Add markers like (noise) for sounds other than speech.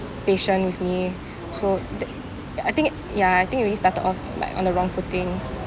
patient with me (breath) so th~ I think it ya I think we already started off like on the wrong footing